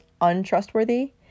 untrustworthy